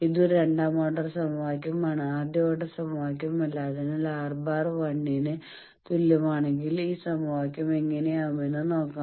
ഇതൊരു രണ്ടാം ഓർഡർ സമവാക്യമാണ് ആദ്യ ഓർഡർ സമവാക്യമല്ല അതിനാൽ R⁻ബാർ 1 ന് തുല്യമാണെങ്കിൽ ഈ സമവാക്യം എങ്ങനെയാവുമെന്ന് നോക്കാം